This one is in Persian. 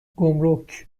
گمرک